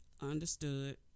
Understood